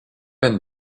and